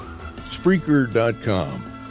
Spreaker.com